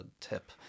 tip